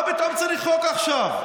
מה פתאום צריך חוק עכשיו?